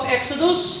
Exodus